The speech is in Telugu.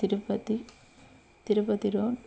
తిరుపతి తిరుపతి రోడ్